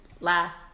last